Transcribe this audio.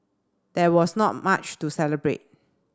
there was not much to celebrate